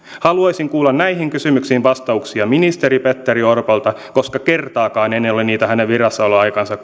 haluaisin kuulla näihin kysymyksiin vastauksia ministeri petteri orpolta koska kertaakaan en en ole niitä hänen virassaoloaikanaan